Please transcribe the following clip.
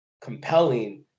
compelling